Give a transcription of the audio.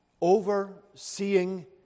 overseeing